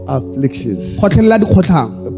afflictions